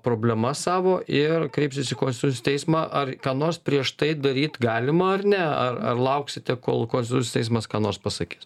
problemas savo ir kreipsis į konstitucinį teismą ar ką nors prieš tai daryt galima ar ne ar ar lauksite kol konstitucinis teismas ką nors pasakys